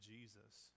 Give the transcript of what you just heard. Jesus